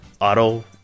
auto